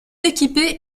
équipé